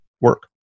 work